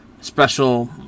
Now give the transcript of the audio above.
special